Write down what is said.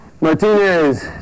Martinez